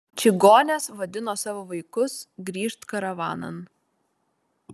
čigonės vadino savo vaikus grįžt karavanan